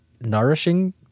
nourishing